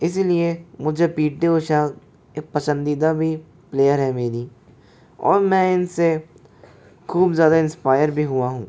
इसलिए मुझे पी टी ऊषा एक पसंदीदा भी प्लेयर है मेरी और मैं इनसे खूब ज़्यादा इन्सपायर भी हुआ हूँ